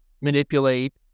manipulate